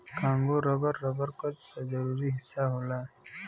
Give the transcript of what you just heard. Congo rubber, rubber क जरूरी हिस्सा होला